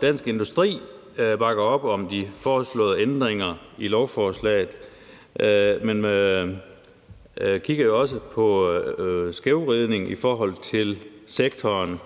Dansk Industri bakker op om de foreslåede ændringer i lovforslaget, men kigger jo også på skævvridning i forhold til sektoren,